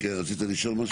כן רצית לשאול משהו?